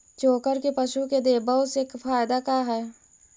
चोकर के पशु के देबौ से फायदा का है?